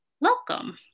Welcome